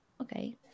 Okay